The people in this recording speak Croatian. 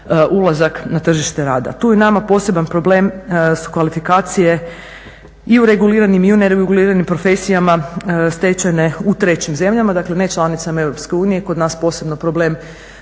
ulazak na tržište rada. Tu je nama poseban problem su kvalifikacije i u reguliranim i u nereguliranim profesijama stečene u trećim zemljama dakle nečlanicama EU. Kod nas posebno problem